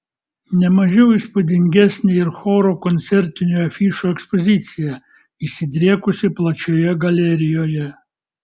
ne mažiau įspūdingesnė ir choro koncertinių afišų ekspozicija išsidriekusi plačioje galerijoje